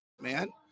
man